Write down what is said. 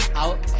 out